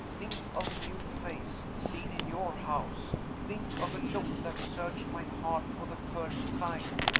think of a new face, seen in your house! think of a look that searched my heart for the first time!